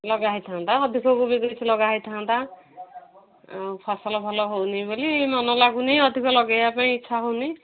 ଲଗାହେଇଥାନ୍ତା ଅଧିକ କୋବି ବି ଲଗାହେଇଥାନ୍ତା ଆଉ ଫସଲ ଭଲ ହେଉନି ବୋଲି ମନ ଲାଗୁନି ଅଧିକ ଲଗେଇବା ପାଇଁ ଇଚ୍ଛା ହେଉନି